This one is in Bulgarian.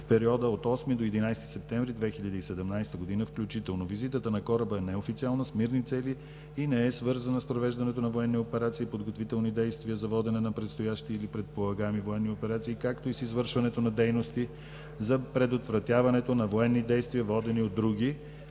в периода от 8 до 11 септември 2017 г. включително. Визитата на кораба е неофициална, с мирни цели и не е свързана с провеждането на военни операции и подготвителни действия за водене на предстоящи или предполагаеми военни операции, както и с извършването на дейности за предотвратяването на военни действия, водени от други